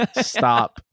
Stop